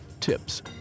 tips